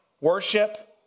worship